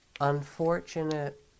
unfortunate